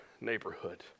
neighborhood